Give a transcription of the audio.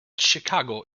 chicago